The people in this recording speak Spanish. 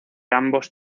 ambos